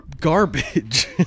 garbage